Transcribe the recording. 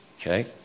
okay